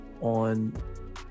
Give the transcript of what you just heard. on